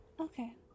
Okay